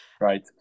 Right